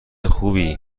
خوبی